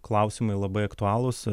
klausimai labai aktualūs